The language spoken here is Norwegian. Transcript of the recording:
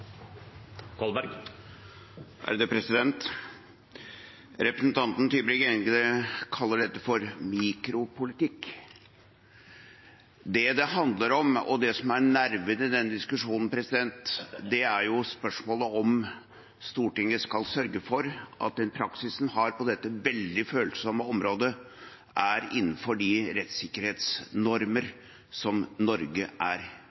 og det er mer i tråd med norske verdier og tradisjoner. Representanten Tybring-Gjedde kaller dette for mikropolitikk. Det det handler om, og det som er nerven i denne diskusjonen, er spørsmålet om Stortinget skal sørge for at den praksis en har på dette veldig følsomme området, er innenfor de rettssikkerhetsnormer som Norge er